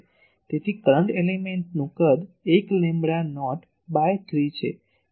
તેથી કરંટ એલીમેન્ટનું કદ લેમ્બડા નોટ બાય 3 છે